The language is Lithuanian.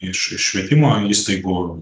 iš švietimo įstaigų